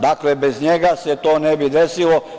Dakle, bez njega se to ne bi desilo.